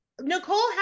Nicole